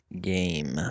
game